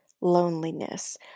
loneliness